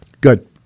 Good